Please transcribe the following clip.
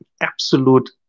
absolute